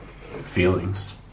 feelings